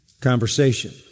conversation